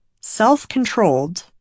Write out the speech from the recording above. self-controlled